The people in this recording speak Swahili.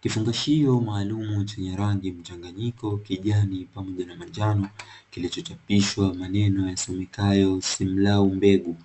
Kifungashio maalumu, chenye rangi mchanganyiko kijani pamoja na manjano, kilichochapishwa maneno yasomekayo "simlau mbegu"